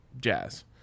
jazz